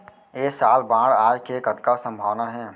ऐ साल बाढ़ आय के कतका संभावना हे?